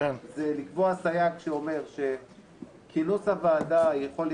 אני קובע סייע שאומר שהוועדה יכולה